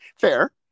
fair